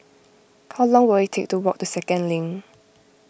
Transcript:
how long will it take to walk to Second Link